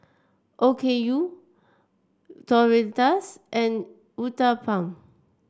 Okayu Tortillas and Uthapam